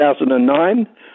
2009